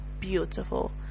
beautiful